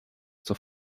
zur